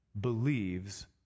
believes